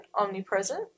omnipresent